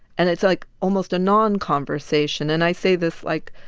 and it's like almost a non-conversation. and i say this, like,